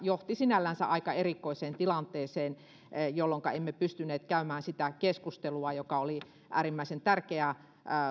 johti sinällänsä aika erikoiseen tilanteeseen jolloinka emme pystyneet käymään sitä keskustelua joka oli äärimmäisen tärkeää